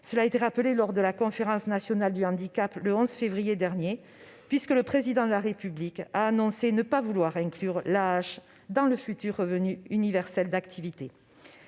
cela a été rappelé lors de la Conférence nationale du handicap, le 11 février 2020, le Président de la République ayant annoncé ne pas vouloir l'inclure dans le futur revenu universel d'activité.